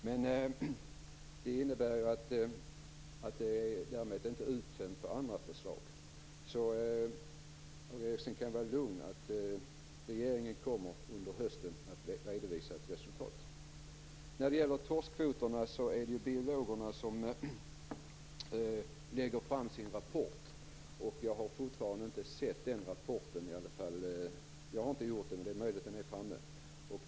Men det innebär inte att det därmed är uttömt på andra förslag. Dan Ericsson kan vara lugn, regeringen kommer under hösten att redovisa ett resultat. När det gäller torskkvoterna är det biologerna som lägger fram sin rapport. Jag har fortfarande inte sett den rapporten, men det är möjligt att den har kommit.